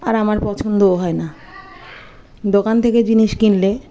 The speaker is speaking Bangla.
আর আমার পছন্দও হয় না দোকান থেকে জিনিস কিনলে